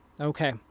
Okay